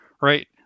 right